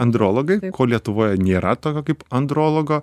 andrologai ko lietuvoje nėra tokio kaip andrologo